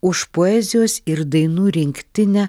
už poezijos ir dainų rinktinę